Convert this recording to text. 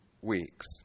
weeks